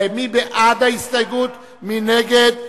מי בעד ההסתייגות ומי נגד,